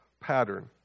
pattern